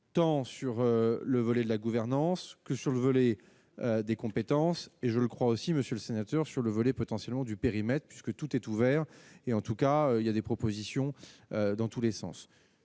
tant sur le volet de la gouvernance que sur le volet des compétences et je le crois aussi monsieur le sénateur sur le volet potentiellement du périmètre puisque tout est ouvert, et en tout cas, il y a des propositions dans tous les sens